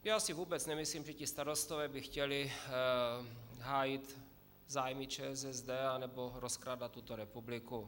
Já si vůbec nemyslím, že ti starostové by chtěli hájit zájmy ČSSD nebo rozkrádat tuto republiku.